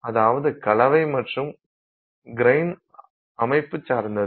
அதாவது கலவை மற்றும் கிரைன் அமைப்பு சார்ந்தது